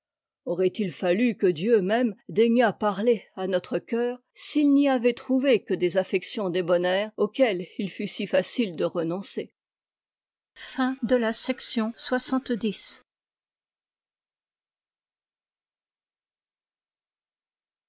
aurait-il fallu que dieu même daignât parler à notre cœur s'il n'y avait trouvé que des affections débonnaires tuxqueiïes il fût si facile de renoncer